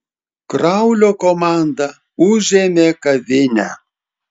kraulio komanda užėmė kavinę